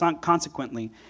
consequently